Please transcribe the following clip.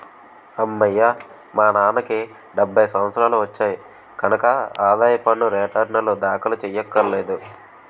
అమ్మయ్యా మా నాన్నకి డెబ్భై సంవత్సరాలు వచ్చాయి కనక ఆదాయ పన్ను రేటర్నులు దాఖలు చెయ్యక్కర్లేదు